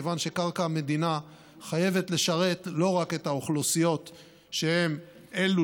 כיוון שקרקע המדינה חייבת לשרת לא רק את האוכלוסיות שהן אלו